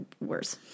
worse